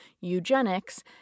eugenics